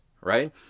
right